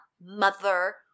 mother